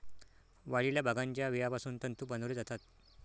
वाळलेल्या भांगाच्या बियापासून तंतू बनवले जातात